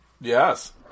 Yes